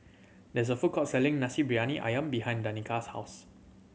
there's a food court selling Nasi Briyani Ayam behind Danica's house